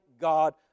God